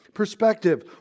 perspective